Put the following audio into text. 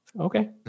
okay